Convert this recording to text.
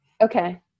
okay